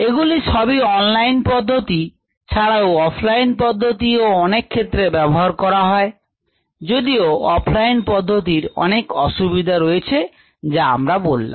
এগুলি সবই অনলাইন পদ্ধতি ছাড়াও অফলাইন পদ্ধতি ও অনেক ক্ষেত্রে ব্যবহার করা হয় যদিও অফলাইন পদ্ধতির অনেক অসুবিধা রয়েছে যা আমরা বললাম